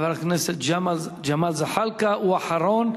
חבר הכנסת ג'מאל זחאלקה, שהוא האחרון.